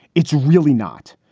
it's really not.